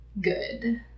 good